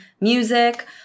Music